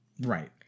Right